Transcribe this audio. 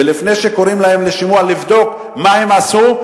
ולפני שקוראים להם לשימוע ולבדוק מה הם עשו,